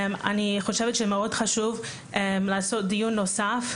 אני חושבת שמאוד חשוב לעשות דיון נוסף